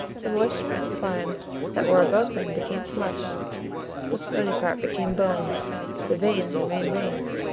the moisture and slime that were about them became flesh the stony part became bones the veins remained veins,